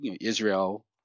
Israel